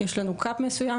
יש לנו cup מסוים.